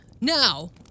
Now